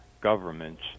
governments